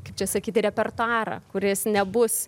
kaip čia sakyt repertuarą kuris nebus